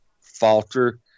falter